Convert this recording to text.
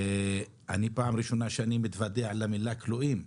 אני פעם ראשונה שאני מתוודע אל המילה כלואים,